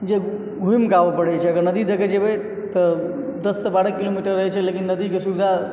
जे घुमि कऽ आबय पड़ै छै अगर नदी दऽ कऽ जेबै तऽ दस सऽ बारह किलोमीटर रहै छै लेकिन नदी के सुविधा